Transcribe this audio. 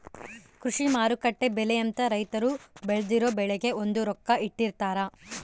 ಕೃಷಿ ಮಾರುಕಟ್ಟೆ ಬೆಲೆ ಅಂತ ರೈತರು ಬೆಳ್ದಿರೊ ಬೆಳೆಗೆ ಒಂದು ರೊಕ್ಕ ಇಟ್ಟಿರ್ತಾರ